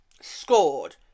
scored